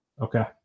Okay